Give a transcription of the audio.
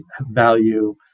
value